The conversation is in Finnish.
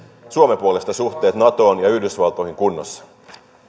suomen puolesta suhteet natoon ja yhdysvaltoihin kunnossa